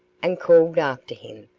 and called after him,